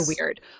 weird